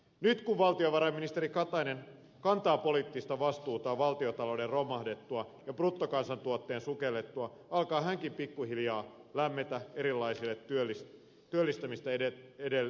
nyt kun valtiovarainministeri katainen kantaa poliittista vastuuta valtiontalouden romahdettua ja bruttokansantuotteen sukellettua alkaa hänkin pikkuhiljaa lämmetä erilaisille työllistämistä edistäville toimenpiteille